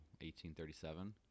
1837